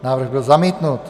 Návrh byl zamítnut.